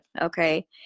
okay